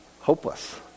Hopeless